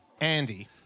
Andy